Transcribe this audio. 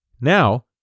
Now